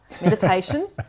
Meditation